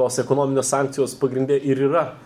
tos ekonominės sankcijos pagrinde ir yra